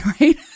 right